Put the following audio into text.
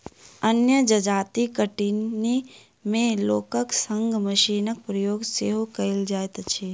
अन्य जजाति कटनी मे लोकक संग मशीनक प्रयोग सेहो कयल जाइत अछि